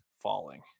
Falling